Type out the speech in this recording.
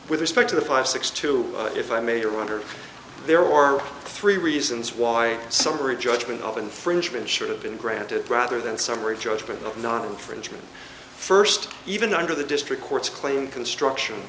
with respect to the five six two if i may wonder there are three reasons why a summary judgment of infringement should have been granted rather than summary judgment of not infringement first even under the district court's claim construction